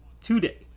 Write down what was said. today